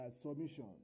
submission